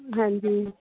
ਹਾਂਜੀ